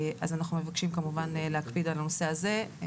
כמובן להקפיד על הנושא הזה.